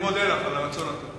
אני מודה לך על הרצון הטוב,